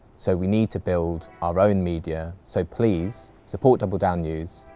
so we need to build our own media so please support double down news,